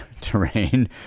terrain